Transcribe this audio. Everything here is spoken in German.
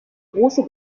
große